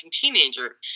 teenager